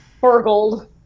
burgled